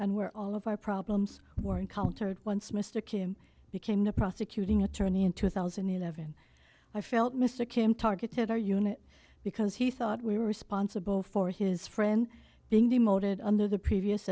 and where all of our problems were encountered once mr kim became the prosecuting attorney in two thousand and eleven i felt mr kim targeted our unit because he thought we were responsible for his friend being demoted under the previous